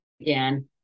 again